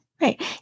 right